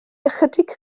ychydig